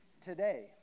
today